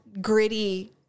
gritty